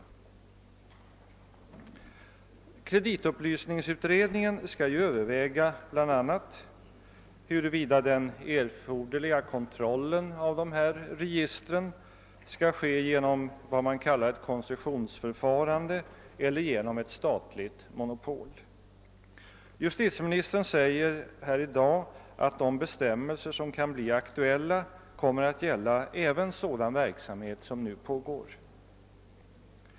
Kreditupplysningsutredningen skall ju bl.a. överväga, huruvida den erfor derliga kontrollen av dessa register skall ske genom vad man kallar ett koncessionsförfarande eller genom ett statligt monopol. Justitieministern säger här i dag, att de bestämmelser som kan bli aktuella kommer att gälla även sådan verksamhet som nu pågår.